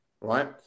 right